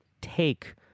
take